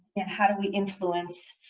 and how do we influence